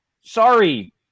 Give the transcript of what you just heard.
sorry